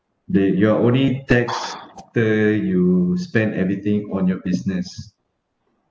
the you are only tax the you spend everything on your business